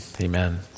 amen